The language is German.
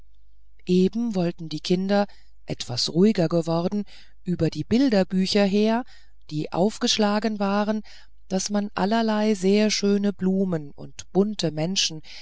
eben wollten die kinder etwas ruhiger geworden über die bilderbücher her die aufgeschlagen waren daß man allerlei sehr schöne blumen und bunte menschen